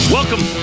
Welcome